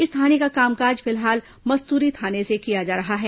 इस थाने का कामकाज फिलहाल मस्तुरी थाने से किया जा रहा है